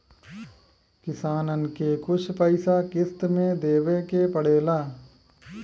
किसानन के कुछ पइसा किश्त मे देवे के पड़ेला